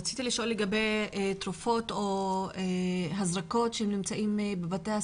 אני מבקשת לשאול לגבי תרופות או הזרקות שנמצאות בבתי הספר.